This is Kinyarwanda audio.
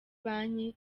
banki